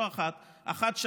לא אחת: האחת,